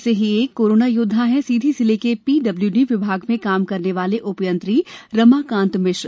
ऐसे ही एक कोरोना योद्वा है सीधी जिले के पीडब्लूडी विभाग में काम करने वाले उपयंत्री रमाकांत मिश्र